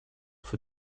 für